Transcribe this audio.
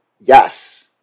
yes